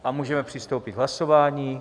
A můžeme přistoupit k hlasování.